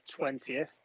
20th